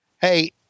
Hey